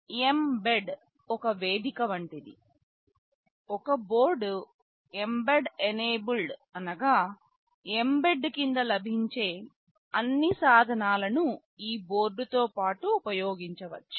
mbed ఒక వేదిక వంటిది ఒక బోర్డు mbed ఎనేబుల్డ్ అనగా mbed కింద లభించే అన్ని సాధనాలను ఈ బోర్డుతో పాటు ఉపయోగించవచ్చు